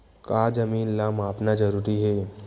का जमीन ला मापना जरूरी हे?